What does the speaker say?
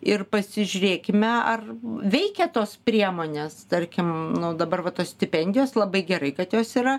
ir pasižiūrėkime ar veikia tos priemonės tarkim nu dabar va tos stipendijos labai gerai kad jos yra